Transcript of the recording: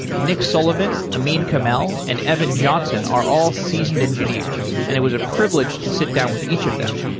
nick sullivan, amine kamal and evan johnson are all seasoned engineers and it was a privilege to sit down with each of them.